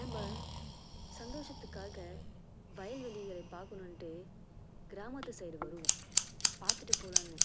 நம்ம சந்தோஷத்துக்காக வயல்வெளிகளை பார்க்கணுன்ட்டு கிராமத்து சைடு வருவோம் பார்த்துட்டு போலாம்னு